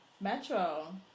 Metro